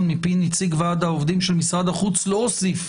מפי נציג ועד העובדים של משרד החוץ לא הוסיף